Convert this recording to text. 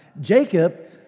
Jacob